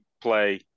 play